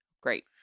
Great